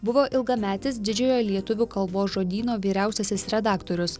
buvo ilgametis didžiojo lietuvių kalbos žodyno vyriausiasis redaktorius